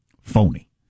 phony